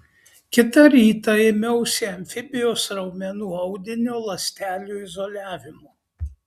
kitą rytą ėmiausi amfibijos raumenų audinio ląstelių izoliavimo